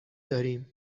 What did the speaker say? داریم